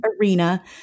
arena